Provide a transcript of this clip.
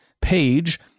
page